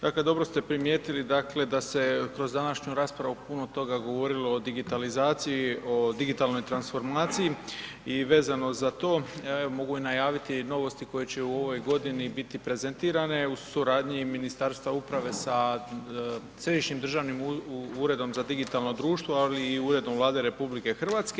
Dakle dobro ste primijetili da se kroz današnju raspravu puno toga govorilo o digitalizaciji i o digitalnoj transformaciji i vezano za to mogu i najaviti novosti koje će u ovoj godini biti prezentirane uz suradnju Ministarstva uprave, sa Središnjim državnim uredom za digitalno društvom, ali i ujedno Vlade RH.